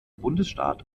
bundesstaat